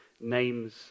names